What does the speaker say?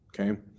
Okay